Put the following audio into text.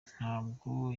ntabwo